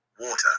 water